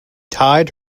tied